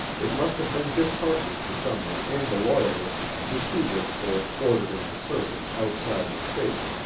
it must have been disheartening to sumner and the loyalists to see this force ordered into service outside the state.